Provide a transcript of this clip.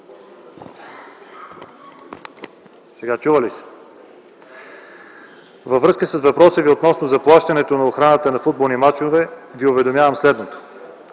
Кутев, във връзка с въпроса Ви относно заплащането на охраната на футболни мачове, Ви уведомявам следното.